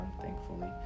thankfully